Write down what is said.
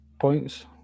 points